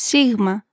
Sigma